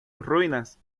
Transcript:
ruinas